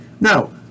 Now